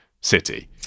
city